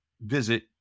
visit